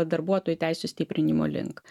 darbuotojų teisių stiprinimo link